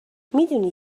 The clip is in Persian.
میدونی